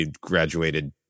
graduated